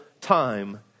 time